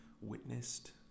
witnessed